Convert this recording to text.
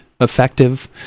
effective